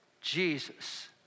Jesus